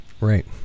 Right